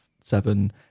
Seven